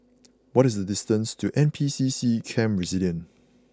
what is the distance to N P C C Camp Resilience